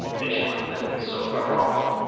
they should not live so far off.